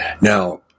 Now